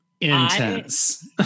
intense